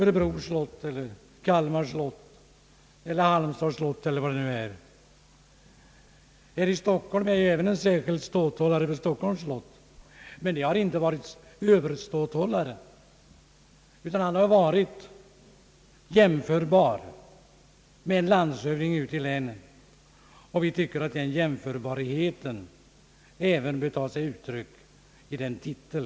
Det gäller för exempelvis ståthållaren på Örebro slott, Kalmar slott och Halmstads slott. Här i Stockholm finns det ju en särskild ståthållare för Stockholms slott. Han har inte varit överståthållare, utan överståthållaren har varit jämförbar med en landshövding ute i länen. Vi tycker att den jämförbarheten även bör ta sig uttryck i titein.